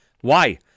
Why